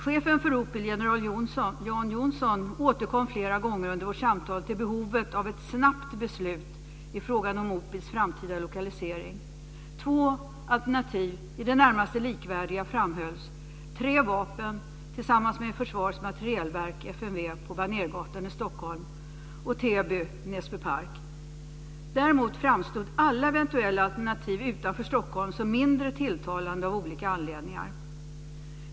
Chefen för OPIL, general Jan Jonsson, återkom flera gånger under vårt samtal till behovet av ett snabbt beslut i frågan om OPIL:s framtida lokalisering. Två alternativ, i det närmaste likvärdiga, framhölls: Tre Vapen, tillsammans med Försvarets materielverk, FMV, på Banérgatan i Stockholm och Täby/Näsbypark. Däremot framstod alla eventuella alternativ utanför Stockholm som mindre tilltalande av olika anledningar.